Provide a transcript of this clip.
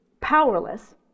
powerless